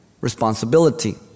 responsibility